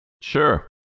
Sure